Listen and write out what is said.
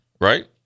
right